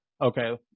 Okay